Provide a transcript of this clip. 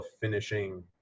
finishing